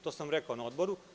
To sam rekao na Odboru.